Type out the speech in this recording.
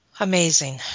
Amazing